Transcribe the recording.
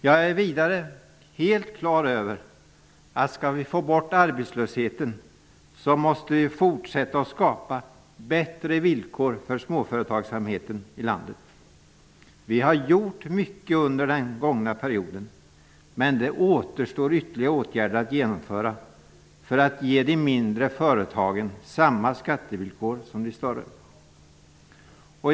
Jag är vidare helt klar över att om vi skall få bort arbetslösheten måste vi fortsätta att skapa bättre villkor för småföretagsamheten i landet. Vi har gjort mycket under den gångna perioden men det återstår ytterligare åtgärder att genomföra för att ge de mindre företagen samma skattevillkor som de större har.